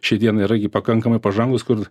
šiai dienai yra gi pakankamai pažangūs kur